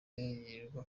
yirirwa